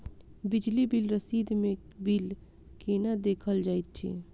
बिजली बिल रसीद मे बिल केना देखल जाइत अछि?